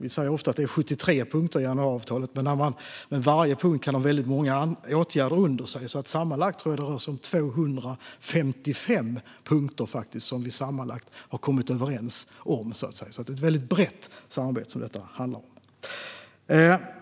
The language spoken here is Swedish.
Vi säger ofta att det är 73 punkter i januariavtalet, men varje punkt kan ha väldigt många åtgärder under sig. Sammanlagt tror jag att det rör sig om 255 punkter som vi kommit överens om. Det är ett väldigt brett samarbete det handlar om.